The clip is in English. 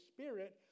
Spirit